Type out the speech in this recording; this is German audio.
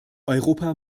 europa